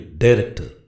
director